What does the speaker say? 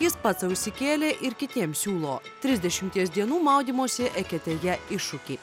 jis pats sau išsikėlė ir kitiems siūlo trisdešimties dienų maudymosi eketėje iššūkį